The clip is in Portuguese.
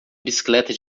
bicicleta